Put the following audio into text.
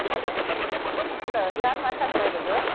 hello hello ಯಾರು ಮಾತಾಡ್ತಾ ಇರೋದು